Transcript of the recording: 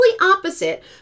opposite